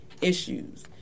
issues